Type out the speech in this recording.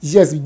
Yes